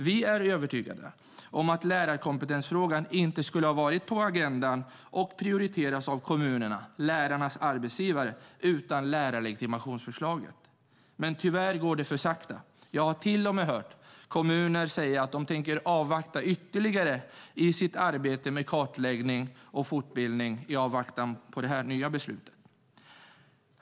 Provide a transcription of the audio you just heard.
Vi är övertygade om att lärarkompetensfrågan inte skulle vara på agendan och prioriteras av kommunerna, lärarnas arbetsgivare, utan lärarlegitimationsförslaget. Tyvärr går det för sakta. Jag har till och med hört kommuner säga att de tänker avvakta ytterligare i sitt arbete med kartläggning och fortbildning i väntan på det nya beslutet.